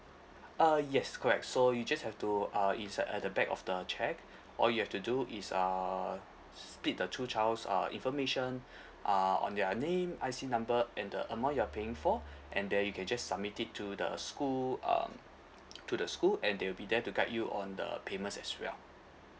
uh yes correct so you just have to ah insert at the back of the cheque all you have to do is ah split the two child's ah information ah on their name I_C number and the amount you're paying for and then you can just submit it to the school um to the school and they will be there to guide you on the payments as well